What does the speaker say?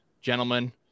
gentlemen